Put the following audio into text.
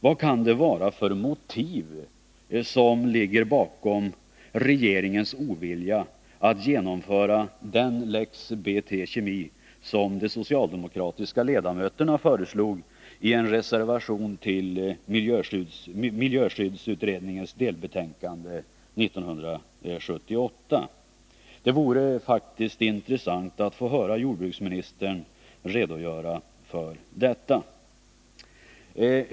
Vad kan det vara för motiv som ligger bakom regeringens ovilja att genomföra den ”Lex BT Kemi” som de socialdemokratiska ledamöterna föreslog i en reservation till miljöskyddsutredningens delbetänkande 1978? Det vore faktiskt intressant att få höra jordbruksministern redogöra för detta.